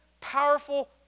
powerful